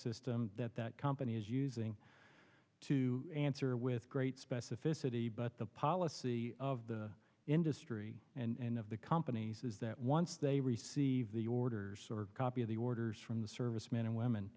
system that that company is using to answer with great specificity but the policy of the industry and of the companies is that once they receive the orders or copy of the orders from the servicemen and women